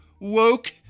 woke